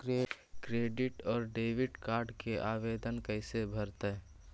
Credit और debit card के आवेदन कैसे भरैतैय?